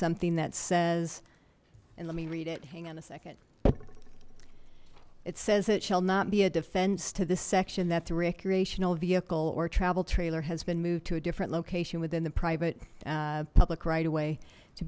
something that says and let me read it hang on a second it says it shall not be a defense to this section that the recreational vehicle or travel trailer has been moved to a different location within the private public right away to